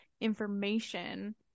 information